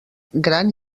gran